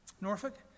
Norfolk